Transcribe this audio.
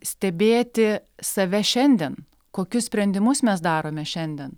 stebėti save šiandien kokius sprendimus mes darome šiandien